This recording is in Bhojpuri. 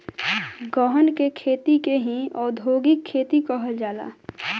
गहन के खेती के ही औधोगिक खेती कहल जाला